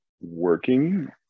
working